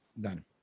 Done